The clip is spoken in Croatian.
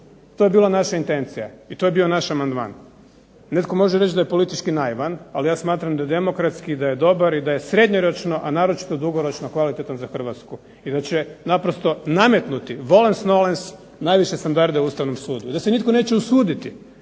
to je bila naša intencija, to je bio naš amandman. Netko može reći da je politički naivan, ali ja smatram da demokratski da je dobar i da je srednjoročno ali naročito dugoročno da je dobar za Hrvatsku i da će naprosto nametnu volens nolens najviše standarde Ustavnom sudu i da se nitko neće usuditi